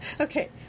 Okay